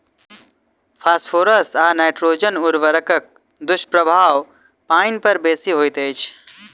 phosphorus आ nitrogen उर्वरकक दुष्प्रभाव पाइन पर बेसी होइत छै